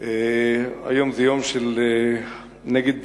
היום זה יום נגד